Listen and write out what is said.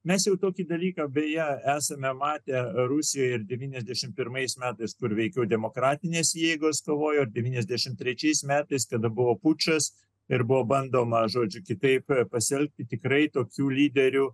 mes jau tokį dalyką beje esame matę rusijoje ir devyniasdešimt pirmais metais kur veikiau demokratinės jėgos kovojo devyniasdešim trečiais metais tada buvo pučas ir buvo bandoma žodžiu kitaip pasielgti tikrai tokių lyderių